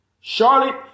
Charlotte